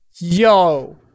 Yo